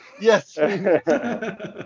Yes